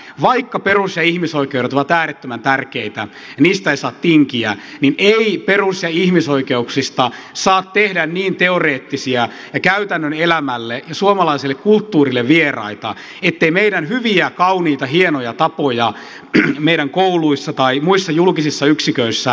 vaikka perus ja ihmisoikeudet ovat äärettömän tärkeitä ja niistä ei saa tinkiä niin ei perus ja ihmisoikeuksista saa tehdä niin teoreettisia ja käytännön elämälle ja suomalaiselle kulttuurille vieraita ettei meidän hyviä kauniita hienoja tapojamme voisi toteuttaa meidän kouluissamme tai muissa julkisissa yksiköissä